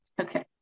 Okay